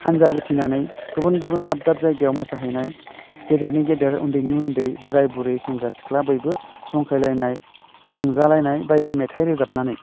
हान्जा जुथिनानै गुबुन गुबुन दाब दाब जायगायाव मोसाहैनाय गेदेरनि गेदेर उन्दैनि उन्दै बोराइ बुरि सेंग्रा सिख्ला बयबो जंखायलायनाय रंजालायनाय बायदि मेथाइ रोजाबनानै